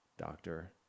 doctor